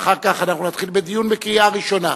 אחר כך נתחיל בדיון בקריאה ראשונה.